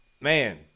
man